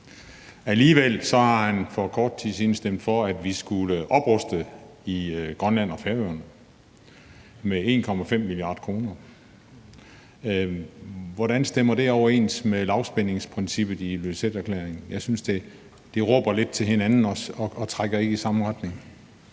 Alligevel har han for kort tid siden stemt for, at vi skulle opruste i Grønland og Færøerne med 1,5 mia. kr. Hvordan stemmer det overens med lavspændingsprincippet i Ilulissaterklæringen? Jeg synes, det råber lidt til hinanden, og at det ikke trækker i samme retning.